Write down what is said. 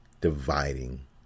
dividing